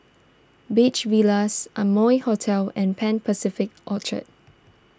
Beach Villas Amoy Hotel and Pan Pacific Orchard